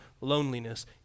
loneliness